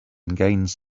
gains